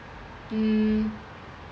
mm